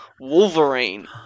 wolverine